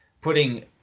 putting